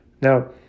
Now